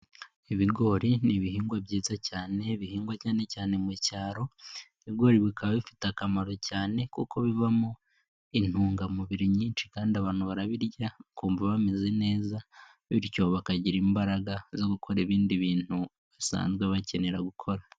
Ibigori ni ibihingwa byiza cyane bihingwa cyane cyane mu cyaro, ibigori bikaba bifite akamaro cyane kuko bivamo intungamubiri nyinshi kandi abantu barabirya bakumva bameze neza bityo bakagira imbaraga zo gukora ibindi bintu basanzwe bakenera gukora.